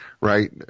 right